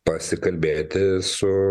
pasikalbėti su